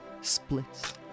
splits